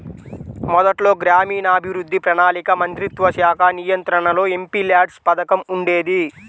మొదట్లో గ్రామీణాభివృద్ధి, ప్రణాళికా మంత్రిత్వశాఖ నియంత్రణలో ఎంపీల్యాడ్స్ పథకం ఉండేది